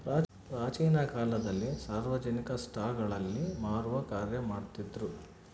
ಪ್ರಾಚೀನ ಕಾಲದಲ್ಲಿ ಸಾರ್ವಜನಿಕ ಸ್ಟಳಗಳಲ್ಲಿ ಮಾರುವ ಕಾರ್ಯ ಮಾಡ್ತಿದ್ರು